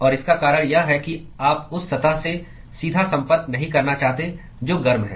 और इसका कारण यह है कि आप उस सतह से सीधा संपर्क नहीं करना चाहते जो गर्म है